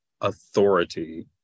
authority